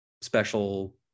special